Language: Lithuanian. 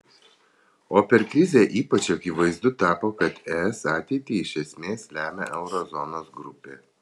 o per krizę ypač akivaizdu tapo kad es ateitį iš esmės lemia euro zonos grupė